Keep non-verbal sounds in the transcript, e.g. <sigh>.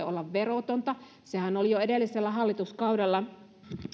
<unintelligible> olla verotonta sehän oli jo edellisellä hallituskaudella